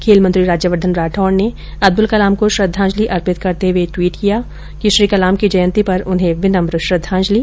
खेल मंत्री राज्यवर्द्वन राठौड ने अब्दुल कलाम को श्रृद्वाजंलि अर्पित करते हुए ट्वीट किया कि श्री कलाम की जयंती पर उन्हें विनम्र श्रद्वाजंलि